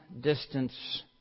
distance